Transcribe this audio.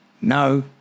No